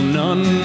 none